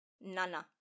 Na-na